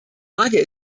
frage